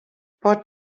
pot